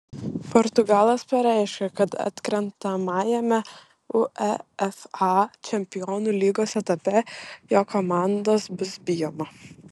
portugalas pareiškė kad atkrentamajame uefa čempionų lygos etape jo komandos bus bijoma